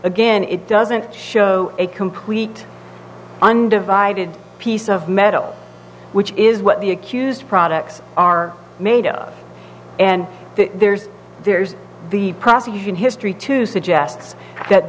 again it doesn't show a complete undivided piece of metal which is what the accused products are made of and there's there's the prosecution history to suggest that